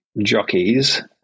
jockeys